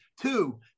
two